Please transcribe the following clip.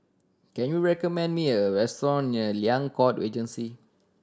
can you recommend me a restaurant near Liang Court Regency